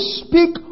speak